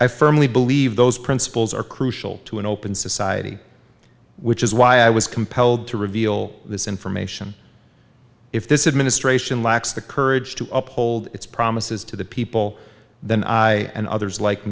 i firmly believe those principles are crucial to an open society which is why i was compelled to reveal this information if this it ministration lacks the courage to uphold its promises to the people then i and others like